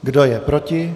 Kdo je proti?